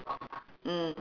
mm